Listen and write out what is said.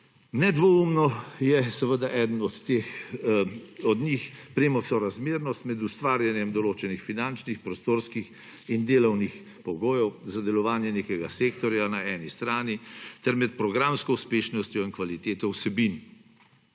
Nedvoumno je seveda eden od njih premosorazmernost med ustvarjanjem določenih finančnih, prostorskih in delavnih pogojev za delovanje nekega sektorja na eni strani ter med programsko uspešnostjo in kvaliteto vsebin,